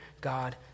God